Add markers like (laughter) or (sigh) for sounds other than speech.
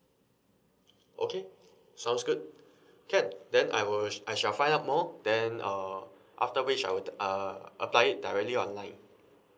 okay sounds good (breath) can then I will I shall find out more then uh after which I would uh apply it directly online